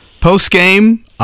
post-game